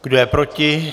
Kdo je proti?